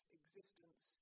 existence